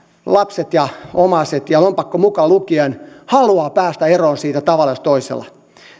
lapset omaiset ja lompakko mukaan lukien haluaa päästä eroon siitä tavalla jos toisella